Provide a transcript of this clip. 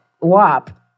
WAP